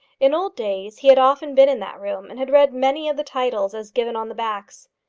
in old days he had often been in that room, and had read many of the titles as given on the backs.